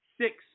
Six